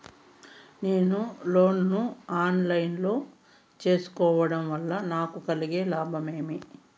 నేను లోను ను online లో సేసుకోవడం వల్ల నాకు కలిగే లాభాలు ఏమేమీ?